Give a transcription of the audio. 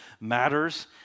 matters